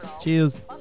Cheers